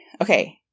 okay